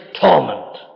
torment